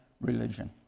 Religion